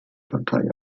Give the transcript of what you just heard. partei